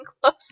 close